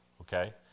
okay